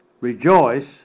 Rejoice